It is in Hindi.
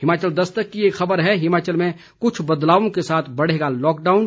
हिमाचल दस्तक की एक खबर है हिमाचल में कुछ बदलावों के साथ बढ़ेगा लॉकडाउन